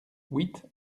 huit